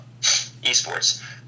esports